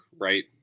right